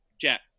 Jack